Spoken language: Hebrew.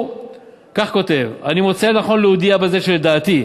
שכותב כך: "אני מוצא לנכון להודיע בזה שלדעתי,